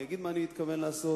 ואני אגיד מה אני מתכוון לעשות.